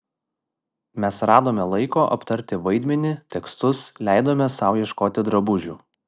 mes radome laiko aptarti vaidmenį tekstus leidome sau ieškoti drabužių